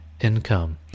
income